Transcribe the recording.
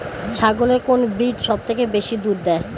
ছাগলের কোন ব্রিড সবথেকে বেশি দুধ দেয়?